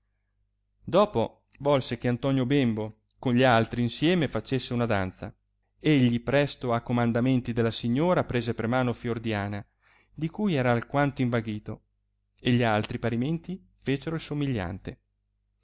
dopo volse che antonio bembo con gli altri insieme facesse una danza egli presto a'comandamenti della signora prese per mano fiordiana di cui era alquanto invaghito e gli altri parimenti fecero il somigliante